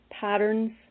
patterns